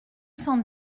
cent